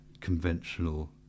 conventional